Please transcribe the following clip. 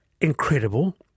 incredible